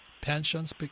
pensions